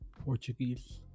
Portuguese